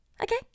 okay